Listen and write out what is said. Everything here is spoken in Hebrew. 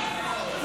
לא נתקבלה.